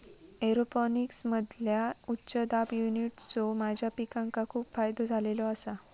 एरोपोनिक्समधील्या उच्च दाब युनिट्सचो माझ्या पिकांका खूप फायदो झालेलो आसा